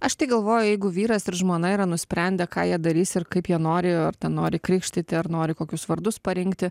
aš tai galvoju jeigu vyras ir žmona yra nusprendę ką jie darys ir kaip jie nori ar nori krikštyti ar nori kokius vardus parinkti